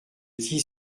dit